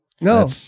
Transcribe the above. No